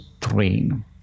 train